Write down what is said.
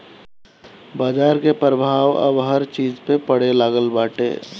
बाजार के प्रभाव अब हर चीज पे पड़े लागल बाटे